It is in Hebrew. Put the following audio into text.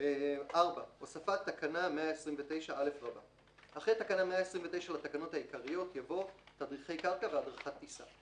אין תקנה 3 לתקנות הטיס (רישיונות לעובדי טיס),